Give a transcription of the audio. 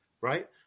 Right